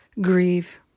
Grieve